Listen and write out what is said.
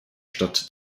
stadt